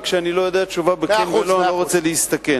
וכשאני לא יודע תשובה ב"כן" ו"לא" אני לא רוצה להסתכן,